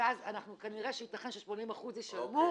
ואז כנראה ש-80% ישלמו.